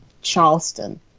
Charleston